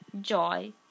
joy